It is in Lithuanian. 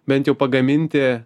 bent jau pagaminti